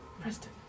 Preston